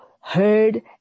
heard